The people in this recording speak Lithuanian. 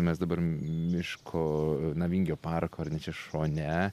mes dabar miško na vingio parko ar ne čia šone